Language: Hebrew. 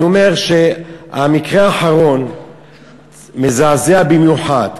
אני אומר שהמקרה האחרון מזעזע במיוחד,